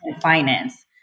finance